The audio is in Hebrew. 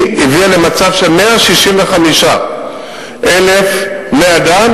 היא הביאה למצב ש-165,000 בני-אדם